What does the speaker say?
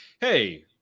hey